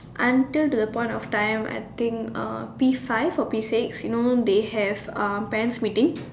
until the point of time I think uh P five or P six you know they have um parents meeting